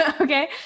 Okay